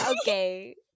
Okay